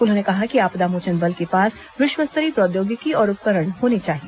उन्होंने कहा कि आपदा मोचन बल के पास विश्वस्तरीय प्रौद्योगिकी और उपकरण होने चाहिए